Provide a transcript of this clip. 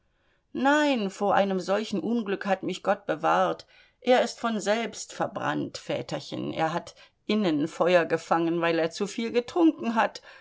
nein vor einem solchen unglück hat mich gott bewahrt er ist von selbst verbrannt väterchen er hat innen feuer gefangen weil er zuviel getrunken hat